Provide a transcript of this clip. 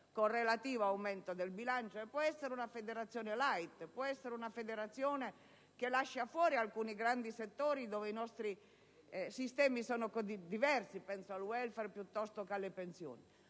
con relativo aumento del bilancio (può essere una federazione *light*, può essere una federazione che lascia fuori alcuni grandi settori dove i nostri sistemi sono diversi: penso al *welfare*, piuttosto che alle pensioni),